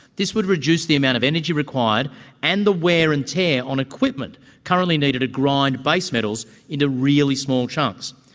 this would reduce the amount of energy required and the wear and tear on equipment currently needed to grind base metals into really small chunks.